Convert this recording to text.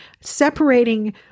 separating